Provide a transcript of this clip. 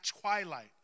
twilight